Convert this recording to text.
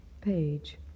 page